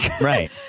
Right